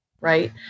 right